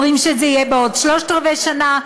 אומרים שזה יהיה בעוד שלושת-רבעי שנה.